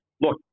look